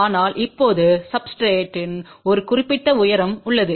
ஆனால் இப்போது சப்ஸ்டிரேட்றின் ஒரு குறிப்பிட்ட உயரம் உள்ளது